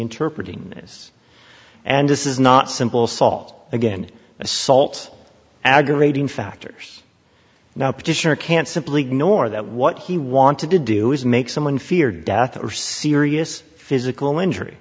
interpret this and this is not simple salt again assault aggravating factors now petitioner can't simply ignore that what he wanted to do is make someone fear death or serious physical injury